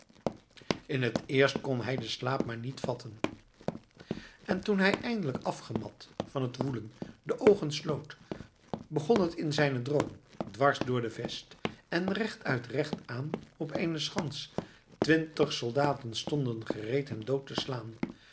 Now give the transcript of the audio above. in het eerst kon hij den slaap maar niet vatten en toen hij eindelijk afgemat van het woelen de oogen sloot begon het in zijnen droom dwars door de vest en rechtuit rechtaan op eene schans twintig soldaten stonden gereed hem dood te slaan